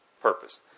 Purpose